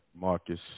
Marcus